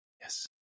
Yes